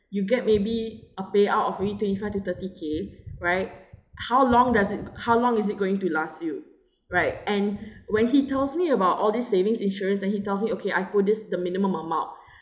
you get maybe a payout of only twenty five to thirty K right how long does it how long is it going to last you right and when he tells me about all these savings insurance then he tells me okay I put this at the minimum amount